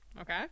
Okay